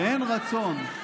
באין רצון,